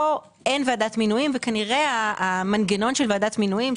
פה אין ועדת מינויים וכנראה המנגנון של ועדת מינויים,